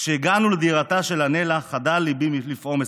כשהגענו לדירתה של אנלה חדל ליבי מלפעום,